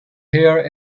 here